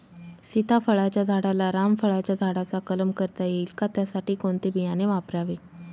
सीताफळाच्या झाडाला रामफळाच्या झाडाचा कलम करता येईल का, त्यासाठी कोणते बियाणे वापरावे?